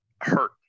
hurt